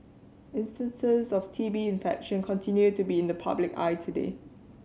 instances of T B infection continue to be in the public eye today